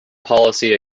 policy